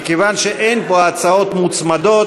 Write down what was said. מכיוון שאין פה הצעות מוצמדות,